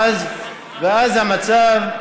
ואז המצב,